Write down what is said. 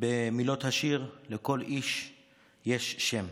במילות השיר "לכל איש יש שם":